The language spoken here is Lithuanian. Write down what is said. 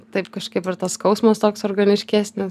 taip kažkaip ir tas skausmas toks organiškesnis